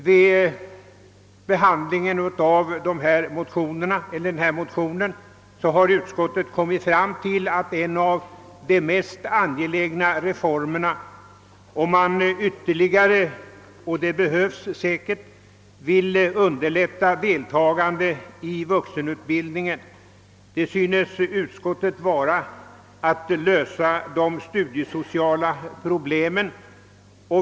Vid behandlingen av denna motion har utskottet funnit att en av de mest angelägna reformerna, om man ytterligare — och det behövs säkerligen — vill underlätta deltagande i vuxenutbildning, synes vara att lösa de studiesociala problemen.